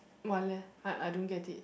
why leh I I don't get it